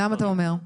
למה אתה אומר?